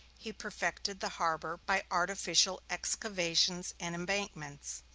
he perfected the harbor by artificial excavations and embankments.